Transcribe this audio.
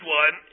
one